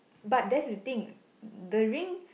but there's the thing the ring